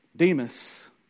Demas